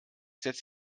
setze